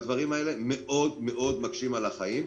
הדברים האלה מאוד מאוד מקשים על החיים.